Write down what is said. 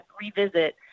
revisit